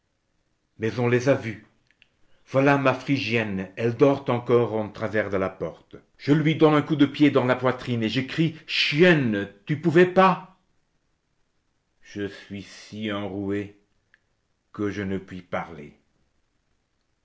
mais on les a vus voilà ma phrygienne elle dort encore en travers de la porte je lui donne un coup de pied dans la poitrine et je crie chienne tu ne pouvais pas je suis si enrouée que je ne puis parler